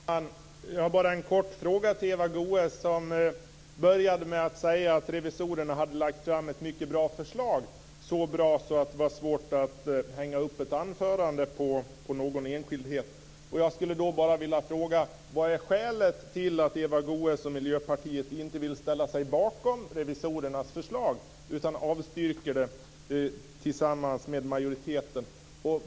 Herr talman! Jag har bara en kort fråga till Eva Goës. Hon började med att säga att revisorerna hade lagt fram ett mycket bra förslag, så bra att det var svårt att hänga upp ett anförande på någon enskildhet. Jag skulle då bara vilja fråga: Vad är skälet till att Eva Goës och Miljöpartiet inte vill ställa sig bakom revisorernas förslag utan avstyrker det tillsammans med majoriteten?